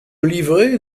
livrer